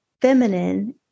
feminine